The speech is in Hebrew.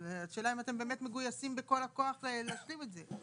השאלה אם אתם באמת מגויסים בכל הכוח לשים את זה?